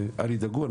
אל תדאגו,